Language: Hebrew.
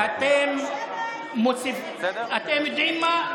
אתם יודעים מה?